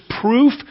proof